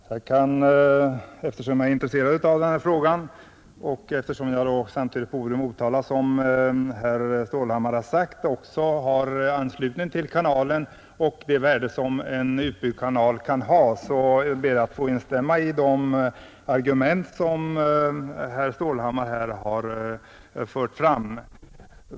Fru talman! Eftersom jag är intresserad av den här frågan och dessutom bor i Motala, som — det har herr Stålhammar också sagt — har anslutning till kanalen och berörs av det värde som en utbyggd kanal kan ha, ber jag att få instämma i de argument som herr Stålhammar har fört fram.